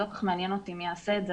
זה לא כל כך מעניין אותי מי יעשה את זה,